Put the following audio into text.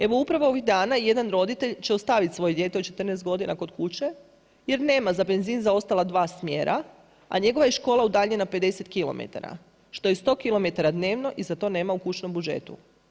Evo upravo ovih dana jedan roditelj će ostaviti svoje dijete od 14 godina kod kuće jer nema za benzin za ostala dva smjera, a njegova škola je udaljena 50km, što je 100km dnevno i za to nema u kućnom budžetu.